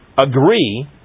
agree